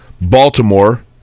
Baltimore